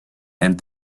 and